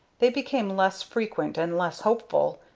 they became less frequent and less hopeful,